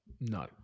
no